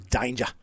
danger